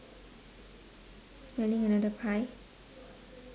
smelling another pie